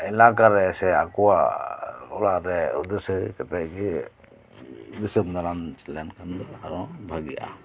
ᱮᱞᱟᱠᱟᱨᱮ ᱥᱮ ᱟᱠᱚᱣᱟᱜ ᱚᱲᱟᱜ ᱨᱮ ᱩᱫᱫᱮᱥᱥᱚ ᱦᱮᱡ ᱠᱟᱛᱮᱜᱮ ᱫᱤᱥᱚᱢ ᱫᱟᱲᱟᱱ ᱞᱮᱱ ᱠᱷᱟᱱ ᱫᱚ ᱟᱨᱚ ᱵᱷᱟᱹᱜᱤᱜᱼᱟ